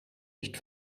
nicht